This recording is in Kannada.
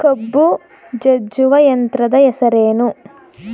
ಕಬ್ಬು ಜಜ್ಜುವ ಯಂತ್ರದ ಹೆಸರೇನು?